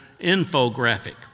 infographic